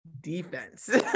Defense